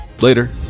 Later